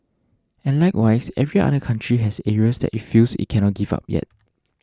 and likewise every other country has areas that it feels it cannot give up yet